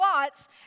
lots